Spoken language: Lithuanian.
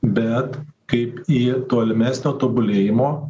bet kaip į tolimesnio tobulėjimo